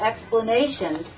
explanations